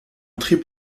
triple